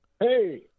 Hey